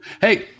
Hey